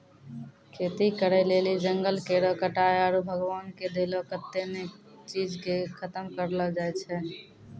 खेती करै लेली जंगल केरो कटाय आरू भगवान के देलो कत्तै ने चीज के खतम करलो जाय छै